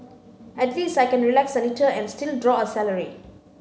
at least I can relax a little and still draw a salary